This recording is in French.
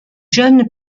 jeune